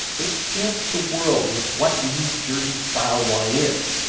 they stamp the world with what new jersey-style wine is.